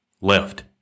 left